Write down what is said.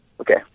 Okay